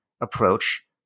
approach